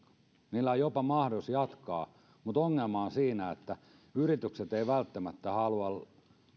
niillä on jopa mahdollisuus jatkaa mutta ongelma on siinä että yritykset eivät välttämättä halua